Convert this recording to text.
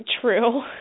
True